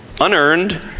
unearned